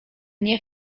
nie